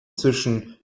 zwischen